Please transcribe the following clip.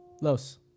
Los